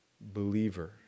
believer